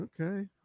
Okay